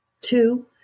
two